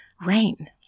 rain